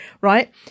right